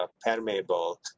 permeable